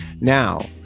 now